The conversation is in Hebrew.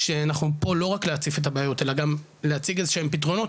שאנחנו פה לא רק להציף את הבעיות אלא גם להציג איזה שהם פתרונות,